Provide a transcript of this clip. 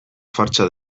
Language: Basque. fartsa